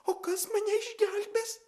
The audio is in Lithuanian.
o kas mane išgelbės